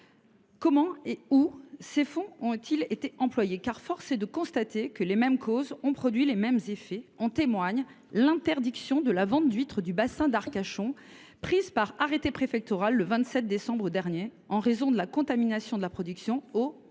Comment et où ces fonds ont ils été employés ? Force est de constater que les mêmes causes ont produit les mêmes effets. En témoigne l’interdiction de la vente d’huîtres du bassin d’Arcachon prise par arrêté préfectoral le 27 décembre dernier, en raison de la contamination de la production au